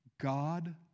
God